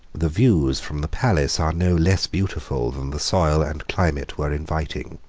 the views from the palace are no less beautiful than the soil and climate were inviting.